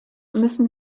müssen